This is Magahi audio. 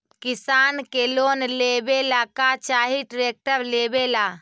किसान के लोन लेबे ला का चाही ट्रैक्टर लेबे ला?